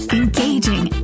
engaging